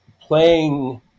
playing